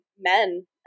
men